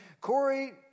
Corey